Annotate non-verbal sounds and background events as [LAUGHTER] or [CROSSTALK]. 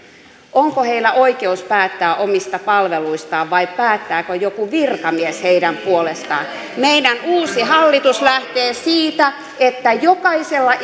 onko heillä oikeus päättää omista palveluistaan vai päättääkö joku virkamies heidän puolestaan meidän uusi hallitus lähtee siitä että jokaisella [UNINTELLIGIBLE]